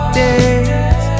days